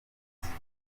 isuri